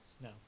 no